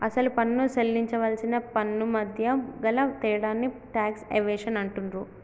అసలు పన్ను సేల్లించవలసిన పన్నుమధ్య గల తేడాని టాక్స్ ఎవేషన్ అంటుండ్రు